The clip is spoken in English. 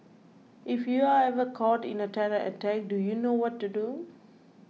if you are ever caught in a terror attack do you know what to do